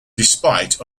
despite